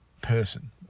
person